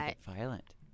violent